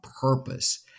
purpose